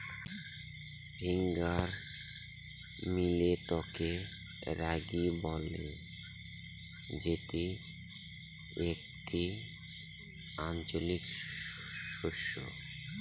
finger মিলেটকে রাগি বলে যেটি একটি আঞ্চলিক শস্য